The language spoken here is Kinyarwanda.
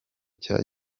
cya